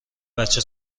بچه